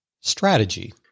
strategy